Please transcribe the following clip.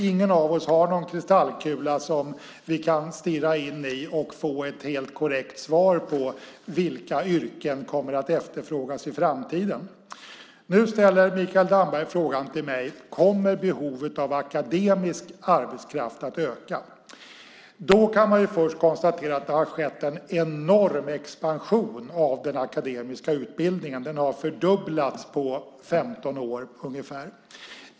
Ingen av oss har någon kristallkula som vi kan stirra in i och få ett helt korrekt svar på vilka yrken som kommer att efterfrågas i framtiden. Nu ställer Mikael Damberg frågan till mig: Kommer behovet av akademisk arbetskraft att öka? Man kan först konstatera att det har skett en enorm expansion av den akademiska utbildningen. Den har ungefär fördubblats på 15 år.